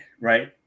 right